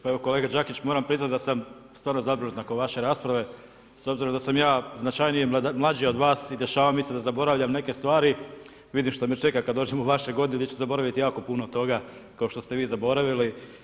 Pa evo kolega Đakić moram priznati da sam stvarno zabrinut nakon vaše rasprave s obzirom da sam ja značajnije mlađi od vas i dešava mi se da zaboravljam neke stvari, vidim što me čeka kad dođem u vaše godine, gdje ću zaboraviti jako puno toga kao što ste vi zaboravili.